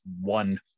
one